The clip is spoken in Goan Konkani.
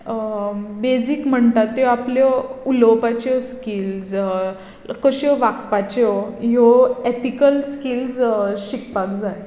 बेजीक म्हणटा त्यो आपल्यो उलोवपाच्यो स्किल्स कश्यो वागपाच्यो ह्यो एतिकल स्किल्स शिकपाक जाय